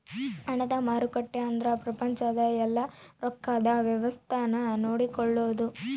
ಹಣದ ಮಾರುಕಟ್ಟೆ ಅಂದ್ರ ಪ್ರಪಂಚದ ಯೆಲ್ಲ ರೊಕ್ಕದ್ ವ್ಯವಸ್ತೆ ನ ನೋಡ್ಕೊಳೋದು